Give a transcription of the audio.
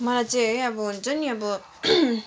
मलाई चाहिँ है अब हुन्छ नि अब